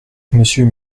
monsieur